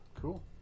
Cool